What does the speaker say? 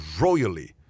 royally